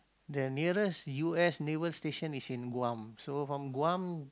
the nearest U_S naval station is in Guam so from Guam